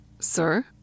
Sir